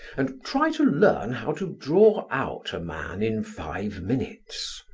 and try to learn how to draw out a man in five minutes.